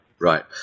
Right